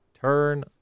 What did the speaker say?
turn